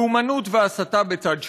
לאומנות והסתה בצד שני,